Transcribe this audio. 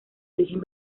origen